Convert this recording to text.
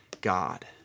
God